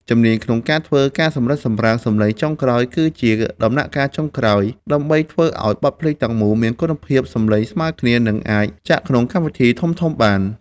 ជំនាញក្នុងការធ្វើ ការសម្រិតសម្រាំងសំឡេងចុងក្រោយ គឺជាដំណាក់កាលចុងក្រោយ ដើម្បីធ្វើឱ្យបទភ្លេងទាំងមូលមានគុណភាពសំឡេងស្មើគ្នា និងអាចចាក់ក្នុងកម្មវិធីធំៗបាន។